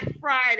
Friday